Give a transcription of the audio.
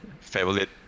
favorite